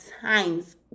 times